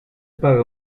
paga